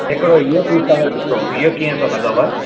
हिकिड़ो इहो पीस तव्हां ॾिसो इहो कीअं थो लॻव